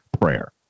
prayer